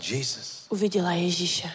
Jesus